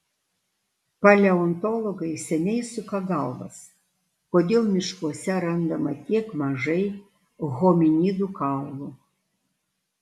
paleontologai seniai suka galvas kodėl miškuose randama tiek mažai hominidų kaulų